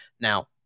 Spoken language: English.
Now